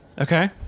Okay